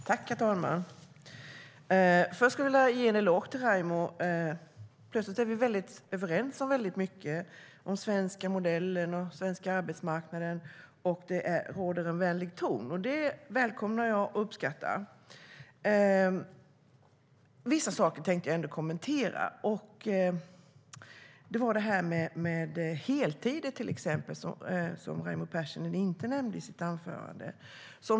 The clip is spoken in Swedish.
Herr talman! Först vill jag ge en eloge till Raimo Pärssinen. Plötsligt är vi överens om väldigt mycket - om den svenska modellen och den svenska arbetsmarknaden. Det råder en vänlig ton, och det välkomnar och uppskattar jag. Vissa saker tänker jag ändå kommentera, till exempel heltider, som Raimo Pärssinen inte nämnde i sitt anförande.